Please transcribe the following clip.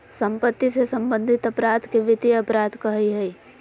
सम्पत्ति से सम्बन्धित अपराध के वित्तीय अपराध कहइ हइ